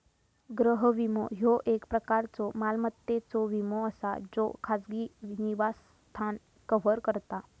गृह विमो, ह्यो एक प्रकारचो मालमत्तेचो विमो असा ज्यो खाजगी निवासस्थान कव्हर करता